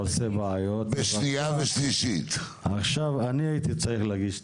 עכשיו אני הייתי צריך להגיש הסתייגויות,